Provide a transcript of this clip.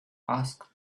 asked